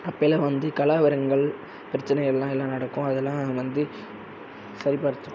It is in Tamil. அப்போல்லாம் வந்து கலவரங்கள் பிரச்சனையெல்லாம் எல்லாம் நடக்கும் அதெலான் வந்து சரி பார்த்து